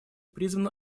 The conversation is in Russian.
призван